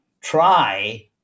try